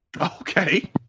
Okay